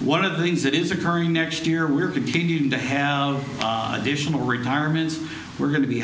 one of the things that is occurring next year we're continuing to have additional retirements we're going to be